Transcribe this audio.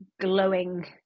glowing